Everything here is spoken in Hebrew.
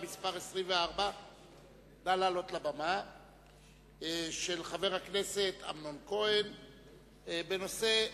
מס' 24 של חבר הכנסת אמנון כהן בנושא: